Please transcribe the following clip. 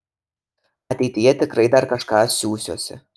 ateityje tikrai dar kažką siųsiuosi